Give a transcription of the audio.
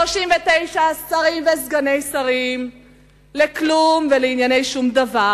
39 שרים וסגני שרים לכלום ולענייני שום דבר.